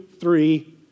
three